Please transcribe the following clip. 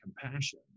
compassion